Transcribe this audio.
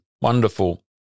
wonderful